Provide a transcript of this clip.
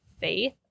faith